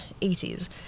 80s